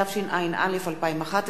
התשע”א 2011,